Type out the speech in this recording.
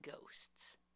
ghosts